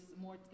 more